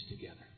together